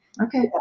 Okay